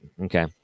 okay